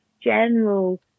general